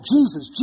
Jesus